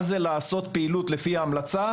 מה זה לעשות פעילות לפי המלצה